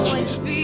Jesus